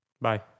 bye